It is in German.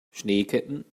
schneeketten